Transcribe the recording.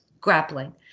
grappling